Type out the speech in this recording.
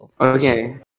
Okay